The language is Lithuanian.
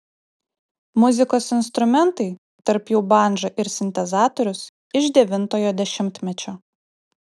muzikos instrumentai tarp jų bandža ir sintezatorius iš devintojo dešimtmečio